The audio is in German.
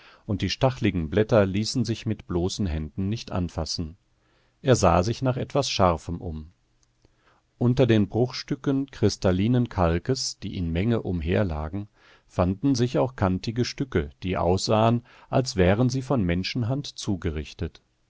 und die stachligen blätter ließen sich mit bloßen händen nicht anfassen er sah sich nach etwas scharfem um unter den bruchstücken kristallinen kalkes die in menge umherlagen fanden sich auch kantige stücke die aussahen als wären sie von menschenhand zugerichtet